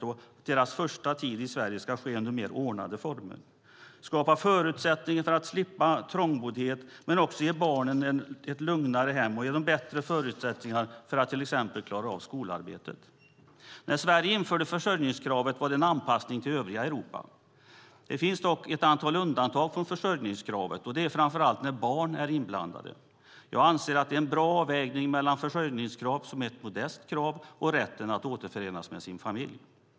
Det ska göra att deras första tid i Sverige sker under mer ordnade former. Det ska skapa förutsättningar för att slippa trångboddhet, men också ge barnen ett lugnare hem och bättre förutsättningar att till exempel klara skolarbetet. När Sverige införde försörjningskravet var det en anpassning till övriga Europa. Det finns dock ett antal undantag från försörjningskravet, och det är framför allt när barn är inblandade. Jag anser att det är en bra avvägning mellan försörjningskrav, som är ett modest krav, och rätten att återförenas med sin familj.